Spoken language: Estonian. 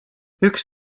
üks